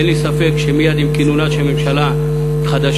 אין לי ספק שמייד עם כינונה של ממשלה חדשה,